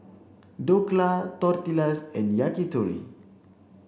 Dhokla Tortillas and Yakitori